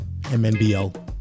MNBL